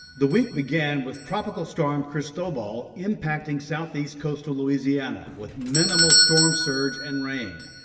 the week began with tropical storm cristobal impacting southeast coastal louisiana with minimal storm surge and rain.